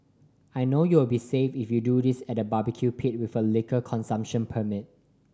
I know you'll be safe if you do this at a barbecue pit with a liquor consumption permit